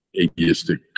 atheistic